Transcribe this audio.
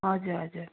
हजुर हजुर